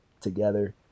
together